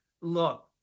look